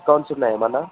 discounts ఉన్నాయా ఏమైనా